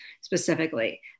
specifically